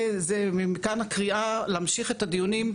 מכאן הקריאה להמשיך את הדיונים.